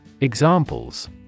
Examples